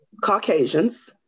Caucasians